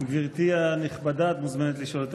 גברתי הנכבדה, את מוזמנת לשאול את השאילתה.